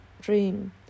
dream